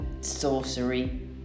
sorcery